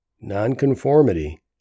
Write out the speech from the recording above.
nonconformity